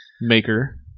Maker